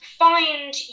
find